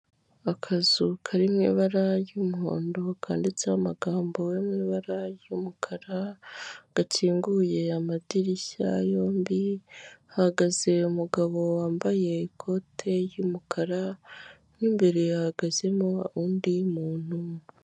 Akazu kari mu ibara ry'umuhondo, kandiwanditseho amagambo yo mubara ry'umukara, gakinguye amadirishya yombi, hahagaze umugabo wambaye ikote ry'umukara, mo imbere hahagazemo undi muntu.